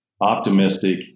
optimistic